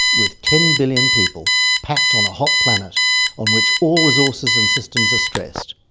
with ten billion people packed on a hot planet on which all resources and systems are stressed,